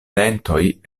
dentoj